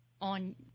on